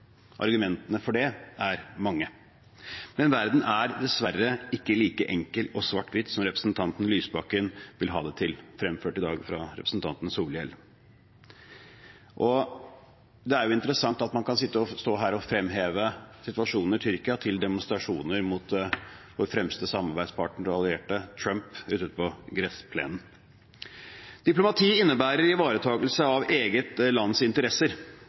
Argumentene for det er mange. Men verden er dessverre ikke like enkel og svart-hvit som representanten Lysbakken vil ha det til, fremført i dag av representanten Solhjell. Det er jo interessant at man kan stå her og fremheve situasjonen i Tyrkia til demonstrasjoner mot vår fremste samarbeidspartner og allierte, Trump, ute på gressplenen. Diplomati innebærer ivaretakelse av eget lands interesser